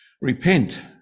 Repent